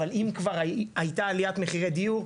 אבל אם כבר הייתה עליית מחירי דיור,